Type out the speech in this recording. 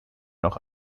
noch